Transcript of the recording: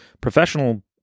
professional